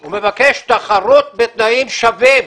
הוא מבקש תחרות בתנאים שווים.